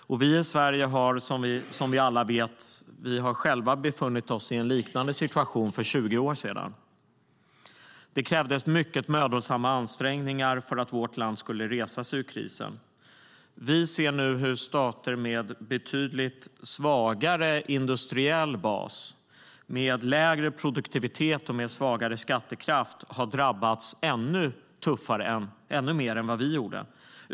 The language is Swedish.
Vi i Sverige har, som vi alla vet, själva befunnit oss i en liknande situation för 20 år sedan. Det krävdes mycket mödosamma ansträngningar för att vårt land skulle resa sig ur krisen. Vi ser nu hur stater med en betydligt svagare industriell bas, lägre produktivitet och svagare skattekraft har drabbats ännu mer än vad vi gjorde.